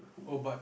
oh but